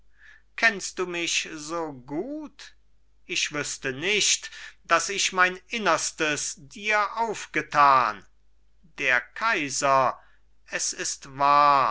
kennst du mich so gut ich wüßte nicht daß ich mein innerstes dir aufgetan der kaiser es ist wahr